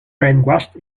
brainwashed